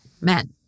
men